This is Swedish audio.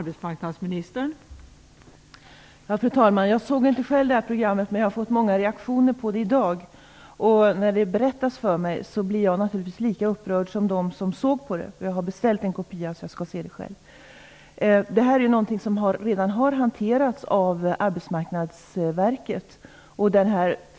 Fru talman! Jag såg inte själv programmet, men jag har fått många reaktioner på det i dag. När detta berättas för mig blir jag naturligtvis lika upprörd som de som såg programmet. Jag har beställt en kopia av det, och jag skall se det själv. Det här är någonting som redan har hanterats av Arbetsmarknadsverket.